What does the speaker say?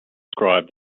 ascribe